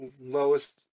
lowest